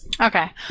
Okay